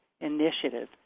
Initiative